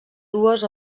dues